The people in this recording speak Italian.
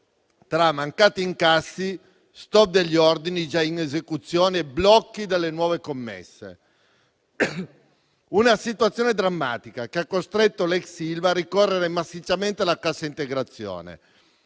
tra mancati incassi, stop degli ordini già in esecuzione e blocchi delle nuove commesse: una situazione drammatica che ha costretto l'ex Ilva a ricorrere massicciamente alla cassa integrazione.